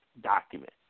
document